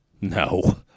No